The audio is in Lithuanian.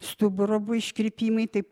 stuburo iškrypimai tai